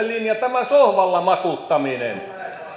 linja tämä sohvalla makuuttaminen arvoisa